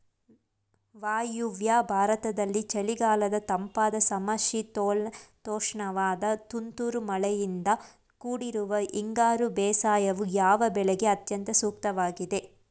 ವಾಯುವ್ಯ ಭಾರತದಲ್ಲಿ ಚಳಿಗಾಲದ ತಂಪಾದ ಸಮಶೀತೋಷ್ಣವಾದ ತುಂತುರು ಮಳೆಯಿಂದ ಕೂಡಿರುವ ಹಿಂಗಾರು ಬೇಸಾಯವು, ಯಾವ ಬೆಳೆಗೆ ಅತ್ಯಂತ ಸೂಕ್ತವಾಗಿದೆ?